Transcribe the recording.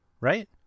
right